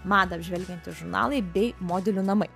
madą apžvelgiantys žurnalai bei modelių namai